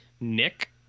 Nick